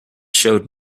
showed